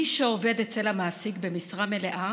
מי שעובד אצל המעסיק במשרה מלאה